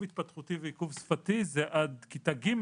התפתחותי ועיכוב שפתי זה עד כיתה ג',